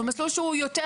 ומסלול שהוא יותר,